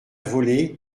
volée